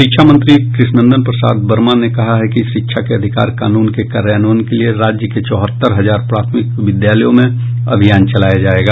शिक्षा मंत्री कृष्ण नंदन प्रसाद वर्मा ने कहा है कि शिक्षा के अधिकार कानून के कार्यान्वयन के लिये राज्य के चौहत्तर हजार प्रारंभिक विद्यालयों में अभियान चलाया जायेगा